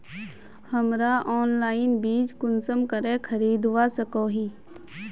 हमरा ऑनलाइन बीज कुंसम करे खरीदवा सको ही?